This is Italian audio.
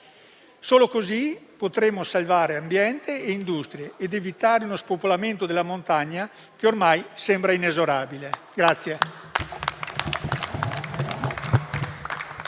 Solo così potremo salvare ambiente e industrie ed evitare uno spopolamento della montagna che ormai sembra inesorabile.